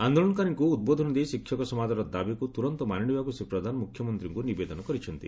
ଆନ୍ଦୋଳନକାରୀଙ୍କ ଉଦ୍ବୋଧନ ଦେଇ ଶିକ୍ଷକ ସମାଜର ଦାବିକୁ ତୁରନ୍ତ ମାନିନେବାକୁ ଶ୍ରୀ ପ୍ରଧାନ ମୁଖ୍ୟମନ୍ତୀଙ୍କୁ ନିବେଦନ କରିଛନ୍ତି